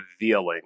revealing